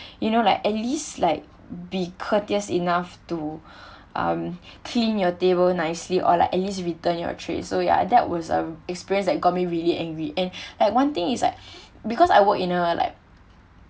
you know like at least like be courteous enough to um clean your table nicely or like at least return your trays so ya that was a experience that got me really angry and like one thing is like because I work in uh like